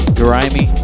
grimy